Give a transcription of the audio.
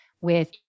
with-